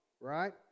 Right